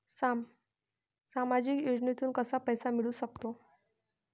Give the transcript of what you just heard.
सामाजिक योजनेतून कसा पैसा मिळू सकतो?